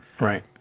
Right